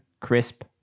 crisp